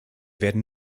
werden